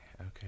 Okay